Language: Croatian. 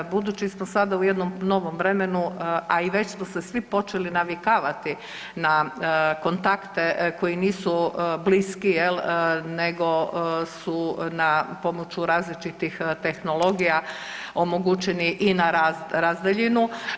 Budući smo sada u jednom novom vremenu, a i već smo se svi počeli navikavati na kontakte koji nisu bliski, nego su pomoću različitih tehnologija omogućeni i na razdaljinu.